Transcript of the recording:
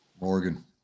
morgan